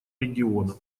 региона